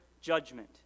judgment